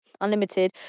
unlimited